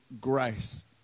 grace